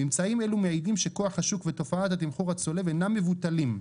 ממצאים אלה מעידים שכוח השוק ותופעת התמחור הצולב אינם מבוטלים.